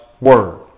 Word